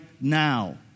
now